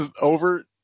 over